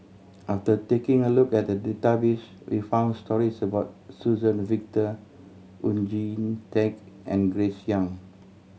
after taking a look at the database we found stories about Suzann Victor Oon Jin Teik and Grace Young